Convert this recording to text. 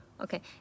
Okay